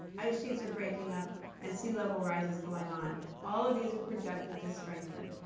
ice sheets are breaking up and sea level rise is going on. all of these are projected to strengthen.